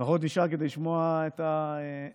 לפחות נשאר כדי לשמוע את המענה.